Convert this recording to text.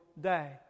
day